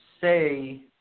say